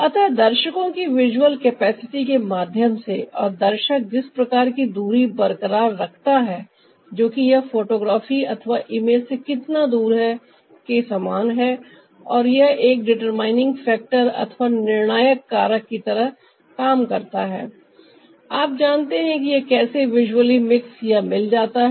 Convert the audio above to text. अतः दर्शकों की विजुअल कैपेसिटी के माध्यम से और दर्शक जिस प्रकार की दूरी बरकरार रखता है जो कि यह फोटोग्राफी अथवा इमेज से कितना दूर है के समान है और यह एक डिटरमाइनिंग फैक्टर अथवा निर्णायक कारक की तरह काम करता है आप जानते हैं कि यह कैसे विजुअली मिक्स या मिल जाता है